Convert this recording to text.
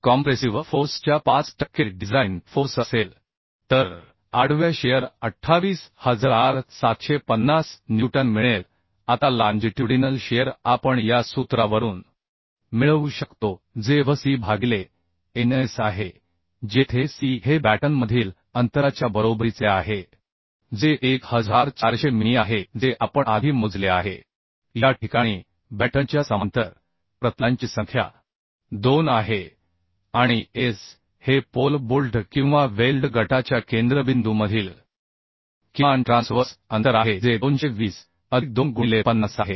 compressive force च्या 5 टक्के design force असेल तर आडव्या शिअर 28750 न्यूटन मिळेल आता लाँजिट्युडिनल शिअर आपण या सूत्रावरून मिळवू शकतो जे V c भागिले Ns आहे जेथे c हे बॅटनमधील अंतराच्या बरोबरीचे आहे जे 1400 मिमी आहे जे आपण आधी मोजले आहे या ठिकाणी बॅटनच्या समांतर प्रतलांची संख्या 2 आहे आणि s हे पोल बोल्ट किंवा वेल्ड गटाच्या केंद्रबिंदूमधील किमान ट्रान्सवर्स अंतर आहे जे 220 अधिक 2 गुणिले 50 आहे